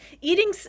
eating